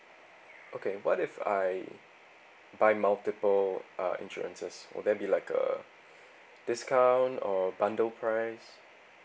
okay what if I buy multiple uh insurances will there be like a discount or bundle price